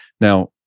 Now